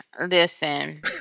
listen